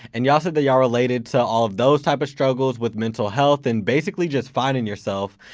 and y'all said that y'all related to all those types of struggles with mental health and basically just finding yourself.